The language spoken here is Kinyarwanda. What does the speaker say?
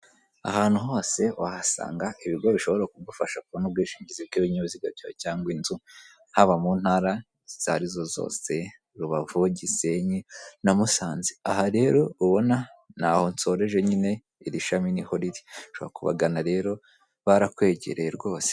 Ahantu hose wahasanga ibigo bishobora kugufasha kubona ubwishingizi bw'ibinyabiziga byose cyangwa inzu, haba mu ntara izo ari zo zose. Rubavu, Gisenyi na Musanze; aha rero ubona ni aho nsoreje nyine iri shami ni ho riri. Ushobora kubagana rero barakwegereye rwose.